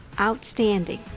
Outstanding